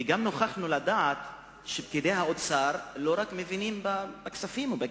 וגם נוכחנו לדעת שפקידי האוצר לא רק מבינים בכספים או בקיצוצים,